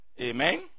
amen